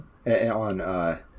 On